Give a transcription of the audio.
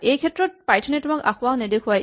এইক্ষেত্ৰত পাইথন এ তোমাক আসোঁৱাহ নেদেখুৱায়